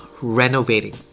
renovating